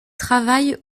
travaille